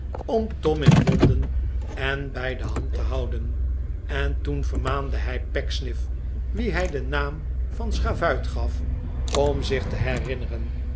tom in londen en bij de hand te houden en toen vermaande hij pecksniff wien hij den naam van schavuit gaf om zich te herinneren